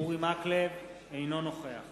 אינו נוכח